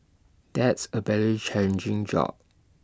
that's A very challenging job